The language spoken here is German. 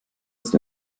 ist